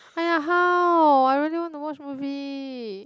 !aiya! how I really want to watch movie